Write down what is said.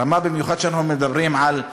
במיוחד שאנחנו מדברים על,